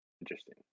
interesting